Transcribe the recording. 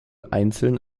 einzeln